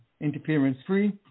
interference-free